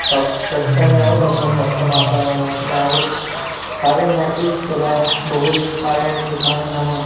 स षट्कं यावत् अथवा सप्तमासं यावत् कार्यं नासीत् तदा बहूनि कार्याणि कृतानि नाम